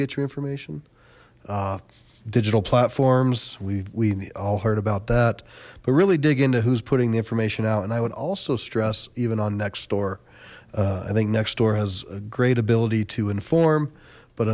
get your information digital platforms we all heard about that but really dig into who's putting the information out and i would also stress even on next door i think next door has a great ability to inform but